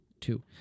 two